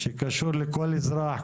שקשור לכל אזרח.